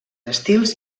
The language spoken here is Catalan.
estils